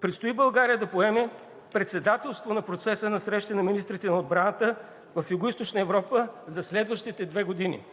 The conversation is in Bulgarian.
Предстои България да поеме председателство на процеса на срещите на министрите на отбраната в Югоизточна Европа за следващите две години.